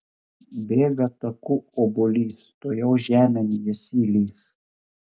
bėga taku obuolys tuojau žemėn jis įlįs